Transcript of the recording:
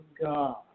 God